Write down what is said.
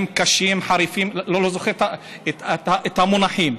קשים, חריפים, לא זוכר את המונחים.